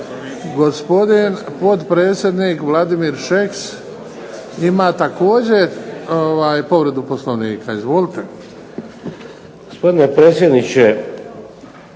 Gospodin potpredsjednik Vladimir Šeks ima također povredu Poslovnika. Izvolite. **Šeks,